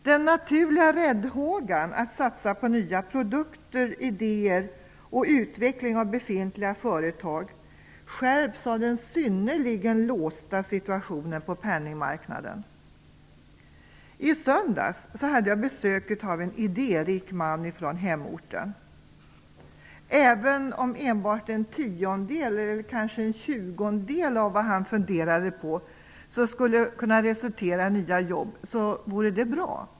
Den naturliga räddhågan att satsa på nya produkter, idéer och utveckling av befintliga företag skärps av den synnerligen låsta situationen på penningmarknaden. I söndags hade jag besök av en idérik man från hemorten. Även om enbart en tiondel eller kanske en tjugondel av vad han funderade på skulle kunna resultera i nya jobb så vore det bra.